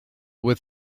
with